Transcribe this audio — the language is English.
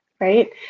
right